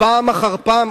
פעם אחר פעם,